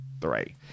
three